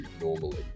normally